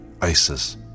Isis